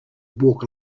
walk